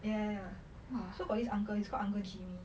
ya ya so got this uncle he's call uncle jimmie